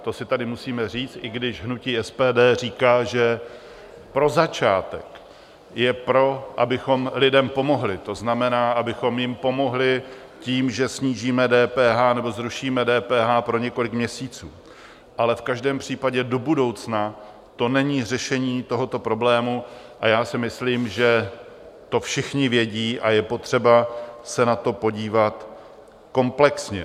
To si tady musíme říct, i když hnutí SPD říká, že pro začátek je pro, abychom lidem pomohli, to znamená, abychom jim pomohli tím, že snížíme DPH nebo zrušíme DPH pro několik měsíců, ale v každém případě do budoucna to není řešení tohoto problému, a já si myslím, že to všichni vědí a je potřeba se na to podívat komplexně.